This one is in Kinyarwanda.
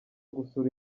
gusura